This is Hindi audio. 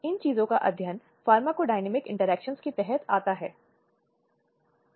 इसे वहां यौन प्रकृति के अपराध के रूप में वर्गीकृत किया गया है जो यौन अपराध है